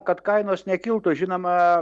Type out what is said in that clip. kad kainos nekiltų žinoma